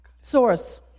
Source